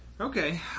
Okay